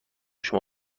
شما